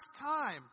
time